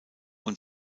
und